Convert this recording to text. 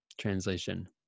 translation